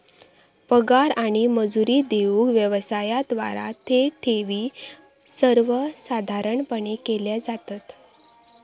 पगार आणि मजुरी देऊक व्यवसायांद्वारा थेट ठेवी सर्वसाधारणपणे केल्या जातत